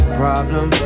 problem